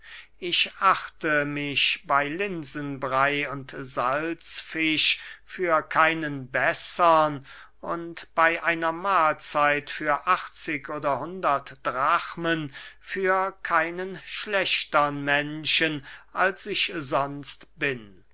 ich achte mich bey linsenbrey und salzfisch für keinen bessern und bey einer mahlzeit für achtzig oder hundert drachmen für keinen schlechtern menschen als ich sonst bin